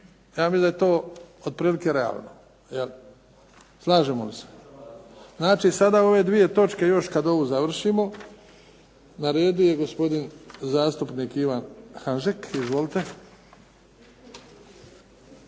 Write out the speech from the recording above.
Ja mislim da je to otprilike realno. Jel? Slažemo li se? Znači sada ove dvije točke još kad ovu završimo. Na redu je zastupnik Ivan Hanžek. Izvolite.